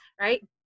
right